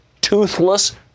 toothless